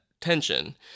tension